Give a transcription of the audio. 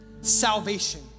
salvation